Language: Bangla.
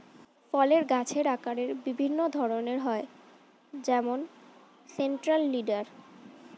ফলের গাছের আকারের বিভিন্ন ধরন হয় যেমন সেন্ট্রাল লিডার